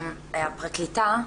הפרקליטה,